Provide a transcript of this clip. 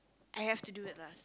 I have to do it lah